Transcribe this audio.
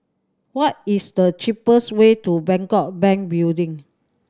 what is the cheapest way to Bangkok Bank Building